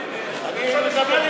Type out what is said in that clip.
חיים, שב פה